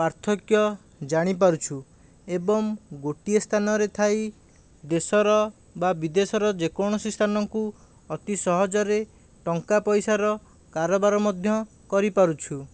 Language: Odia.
ପାର୍ଥକ୍ୟ ଜାଣିପାରୁଛୁ ଏବଂ ଗୋଟିଏ ସ୍ଥାନରେ ଥାଇ ଦେଶର ବା ବିଦେଶର ଯେକୌଣସି ସ୍ଥାନକୁ ଅତି ସହଜରେ ଟଙ୍କା ପଇସାର କାରବାର ମଧ୍ୟ କରିପାରୁଛୁ